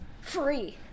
Free